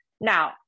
Now